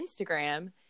Instagram